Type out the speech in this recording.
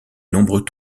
nombreux